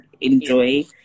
enjoy